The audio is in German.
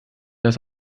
dass